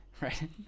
Right